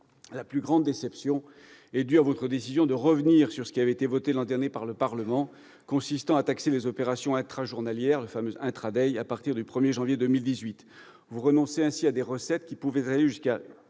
la plus grande déception est due à votre décision de revenir sur la mesure votée l'an dernier par le Parlement, consistant à taxer les opérations intrajournalières, les fameuses transactions, à partir du 1 janvier 2018 : vous renoncez ainsi à des recettes qui auraient pu atteindre jusqu'à